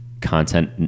content